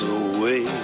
away